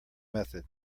method